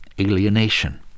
alienation